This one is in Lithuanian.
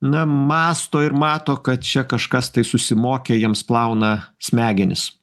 na mąsto ir mato kad čia kažkas tai susimokė jiems plauna smegenis